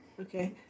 Okay